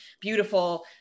beautiful